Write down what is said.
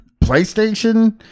PlayStation